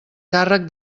càrrec